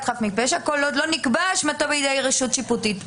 חף מפשע כל עוד לא נקבעה אשמתו בידי רשות שיפוטית.